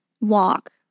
walk